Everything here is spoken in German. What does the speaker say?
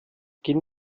gehen